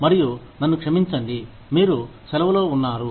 మరియు నన్నుక్షమించండి మీరు సెలవులో ఉన్నారు